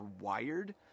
wired